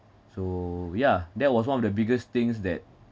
so yeah that was one of the biggest things that